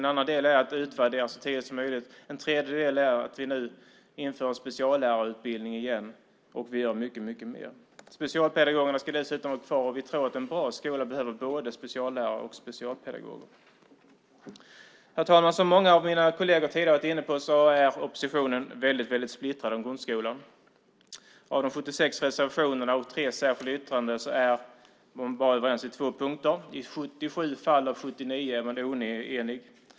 En andra del är utvärderingar så tidigt som möjligt. En tredje del är att vi nu inför speciallärarutbildning igen och gör mycket mer. Specialpedagogerna ska dessutom vara kvar. Vi tror att en bra skola behöver både speciallärare och specialpedagoger. Herr talman! Som många av mina kolleger tidigare har varit inne på är oppositionen väldigt splittrad om grundskolan. Av de 76 reservationerna och tre särskilda yttrandena är man bara överens på två punkter. I 77 fall av 79 är man oenig.